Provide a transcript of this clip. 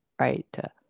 Right